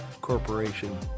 Corporation